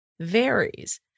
varies